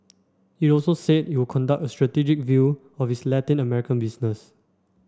it also said it would conduct a strategic review of its Latin American business